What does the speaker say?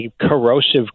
corrosive